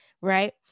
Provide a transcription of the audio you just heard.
right